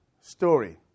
story